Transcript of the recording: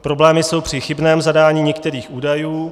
Problémy jsou při chybném zadání některých údajů.